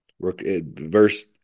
Verse